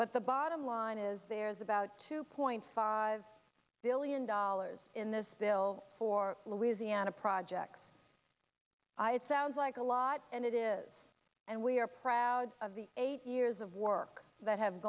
but the bottom line is there's about two point five billion dollars in this bill for louisiana projects i had sounds like a lot and it is and we are proud of the eight years of work that have